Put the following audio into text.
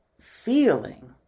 feeling